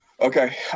Okay